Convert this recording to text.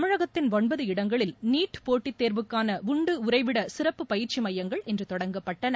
தமிழகத்தின் ஒன்பது இடங்களில் நீட் போட்டி தேர்வுக்கான உண்டு உறைவிட சிறப்பு பயிற்சி மையங்கள் இன்று தொடங்கப்பட்டன